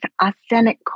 authentic